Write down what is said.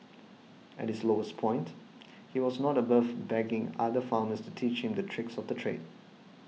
at his lowest point he was not above begging other farmers to teach him the tricks of the trade